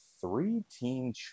three-team